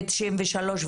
ו-93',